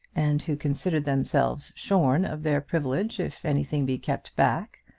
and who consider themselves shorn of their privilege if anything be kept back.